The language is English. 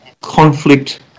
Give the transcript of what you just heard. conflict